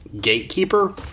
gatekeeper